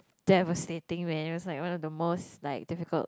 damn persuading man it was like one of the most like difficult